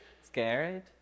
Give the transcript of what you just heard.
scared